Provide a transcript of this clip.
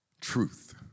truth